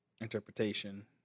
interpretation